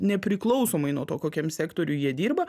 nepriklausomai nuo to kokiam sektoriuj jie dirba